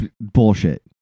bullshit